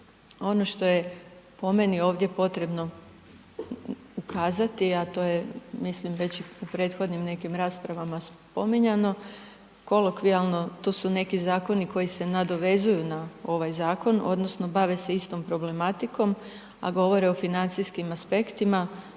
Ono što je po meni ovdje potrebno ukazati, a to je mislim već u prethodnim nekim raspravama spominjano, kolokvijalno to su neki zakoni koji se nadovezuju na ovaj zakon odnosno bave se istom problematikom, a govore o financijskim aspektima.